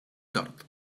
tort